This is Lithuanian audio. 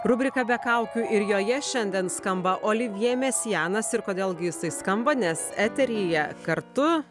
rubrika be kaukių ir joje šiandien skamba olivjė mesianas ir kodėl gi jisai skamba nes eteryje kartu